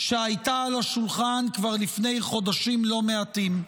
שהייתה על השולחן כבר לפני חודשים לא מעטים.